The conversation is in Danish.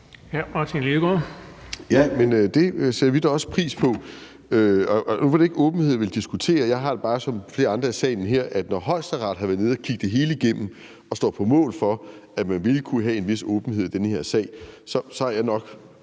Ja, men det sætter vi da også pris på. Nu var det ikke åbenhed, vi diskuterede. Jeg har det bare som flere andre i salen her sådan, at når Højesteret har været nede at kigge det hele igennem og står på mål for, at man vil kunne have en vis åbenhed i den her sag, så har jeg tiltro